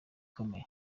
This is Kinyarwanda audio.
ikomeye